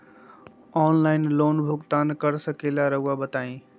Online loan भुगतान कर सकेला राउआ बताई?